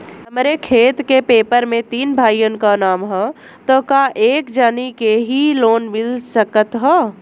हमरे खेत के पेपर मे तीन भाइयन क नाम ह त का एक जानी के ही लोन मिल सकत ह?